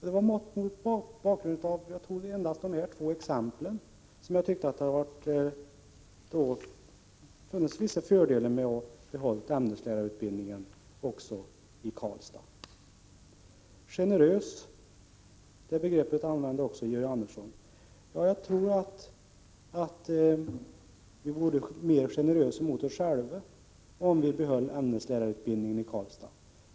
Jag har med hänvisning till dessa två exempel anfört att det hade funnits vissa fördelar med att behålla ämneslärarutbildningen också i Karlstad. Georg Andersson använde också begreppet generös. Jag tror att vi vore mer generösa mot oss själva om vi behöll ämneslärarutbildningen i Karlstad.